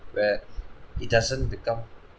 where it doesn't become